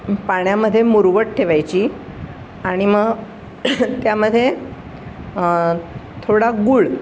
पाण्यामध्ये मुरवत ठेवायची आणि मग त्यामध्ये थोडा गूळ